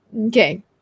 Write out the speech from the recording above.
okay